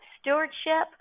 stewardship